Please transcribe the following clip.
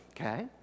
Okay